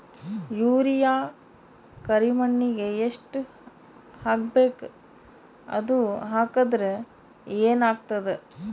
Urea ಕರಿಮಣ್ಣಿಗೆ ಎಷ್ಟ್ ಹಾಕ್ಬೇಕ್, ಅದು ಹಾಕದ್ರ ಏನ್ ಆಗ್ತಾದ?